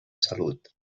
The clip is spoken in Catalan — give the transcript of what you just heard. salut